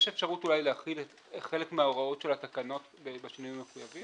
יש אפשרות אולי להחיל חלק מההוראות של התקנות בשינויים המחויבים.